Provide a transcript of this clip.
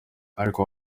ariko